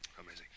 amazing